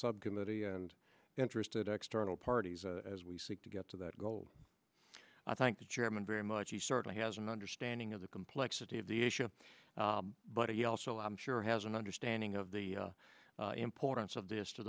subcommittee and interested external parties as we seek to get to that goal i thank the chairman very much he certainly has an understanding of the complexity of the issue but he also i'm sure has an understanding of the importance of this to